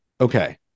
okay